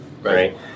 right